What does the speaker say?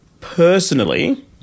personally